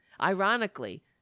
Ironically